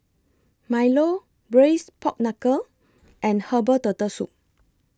Milo Braised Pork Knuckle and Herbal Turtle Soup